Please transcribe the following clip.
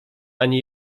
ani